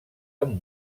amb